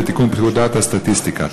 לתיקון פקודת הסטטיסטיקה.